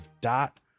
dot